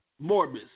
Morbus